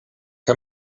que